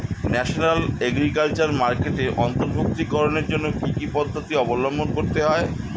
National agriculture মার্কেটে অন্তর্ভুক্তিকরণের জন্য কি কি পদ্ধতি অবলম্বন করতে হয়?